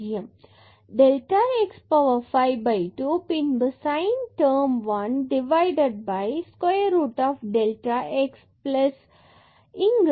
delta x power 5 by 2 பின்பு sin term 1 square root delta x இங்கு delta y power 5 by 2